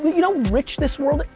but you know richness world,